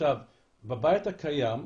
בבית הקיים,